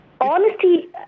Honesty